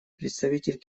представитель